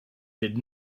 did